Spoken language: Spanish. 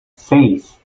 seis